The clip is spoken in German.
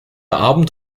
abend